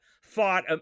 fought